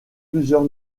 plusieurs